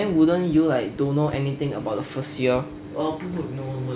then wouldn't you like don't know anything about the first year